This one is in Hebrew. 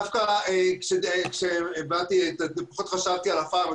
כש- -- לא חשבתי על הפארם,